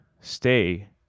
stay